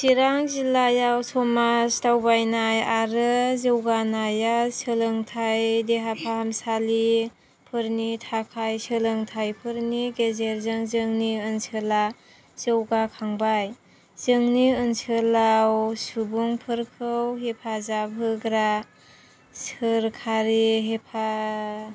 चिरां जिल्लायाव समाज दावबायनाय आरो जौगानाया सोलोंथाइ देहा फाहामसालिफोरनि थाखाय सोलोंथाइफोरनि गेजेरजों जोंनि ओनसोला जौगाखांबाय जोंनि ओनसोलाव सुबुंफोरखौ हेफाजाब होग्रा सोरकारि हेफा